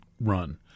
run